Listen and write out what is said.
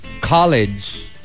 College